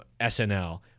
SNL